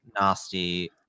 nasty